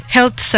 Health